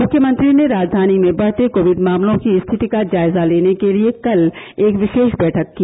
मुख्यमंत्री ने राजधानी में बढ़ते कोविड मामलों की स्थिति का जायजा लेने के लिए कल एक विशेष बैठक की